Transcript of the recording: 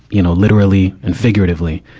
you know, literally and figuratively.